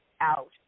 out